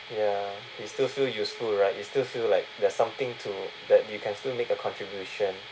ya you still feel useful right you still feel like there's something to that you can still make a contribution